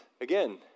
again